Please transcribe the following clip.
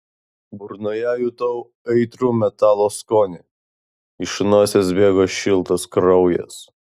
burnoje jutau aitrų metalo skonį iš nosies bėgo šiltas kraujas